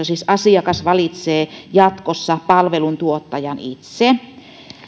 siis asiakas valitsee jatkossa palveluntuottajan itse